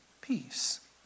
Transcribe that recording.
peace